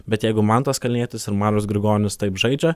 bet jeigu mantas kalnietis ir marius grigonis taip žaidžia